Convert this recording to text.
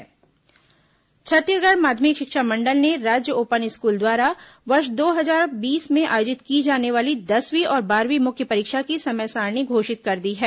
open school परीक्षा समय सारिणी छत्तीसगढ़ माध्यमिक शिक्षा मंडल ने राज्य ओपन स्कूल द्वारा वर्ष दो हजार बीस में आयोजित की जाने वाली दसवीं और बारहवीं मुख्य परीक्षा की समय सारिणी घोषित कर दी है